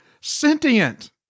Sentient